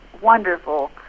wonderful